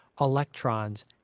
electrons